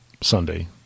Sunday